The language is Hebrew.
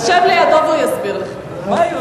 4000 ו-4001.